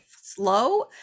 slow